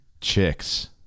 Chicks